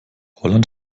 holland